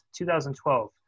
2012